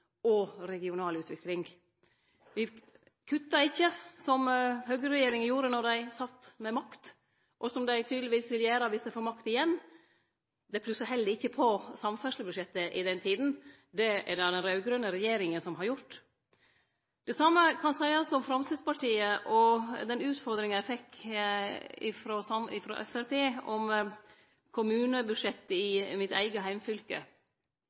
på regional utvikling. Me kuttar ikkje, som høgreregjeringa gjorde då dei sat med makt, og som dei tydelegvis vil gjere om dei får makt igjen. Dei plussa heller ikkje på samferdslebudsjettet i den tida, det er det den raud-grøne regjeringa som har gjort. Det same kan seiast om Framstegspartiet, og den utfordringa eg fekk frå Framstegspartiet om kommunebudsjettet i mitt eige heimfylke.